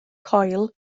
coil